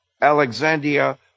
Alexandria